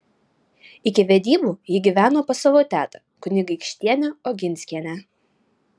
iki vedybų ji gyveno pas savo tetą kunigaikštienę oginskienę